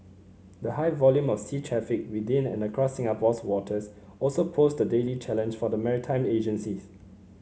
the high volume of sea traffic within and across Singapore's waters also poses a daily challenge for the maritime agencies